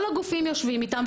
כל הגופים יושבים איתם,